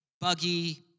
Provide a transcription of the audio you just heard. buggy